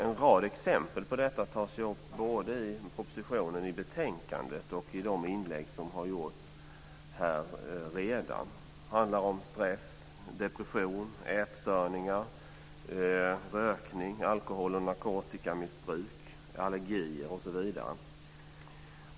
En rad exempel på detta har tagits upp både i propositionen och betänkandet och i de inlägg som redan har gjorts. Det handlar om stress, depression, ätstörningar, rökning, alkohol och narkotikamissbruk, allergier osv.